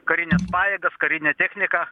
karines pajėgas karinę techniką